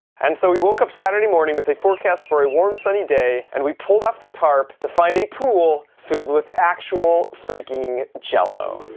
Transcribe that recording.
and so we woke up saturday morning, with a forecast for a warm sunny day and we pulled off the tarp to find a pool filled with actual freaking jello.